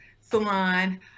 salon